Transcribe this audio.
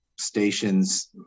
stations